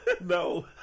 No